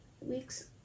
weeks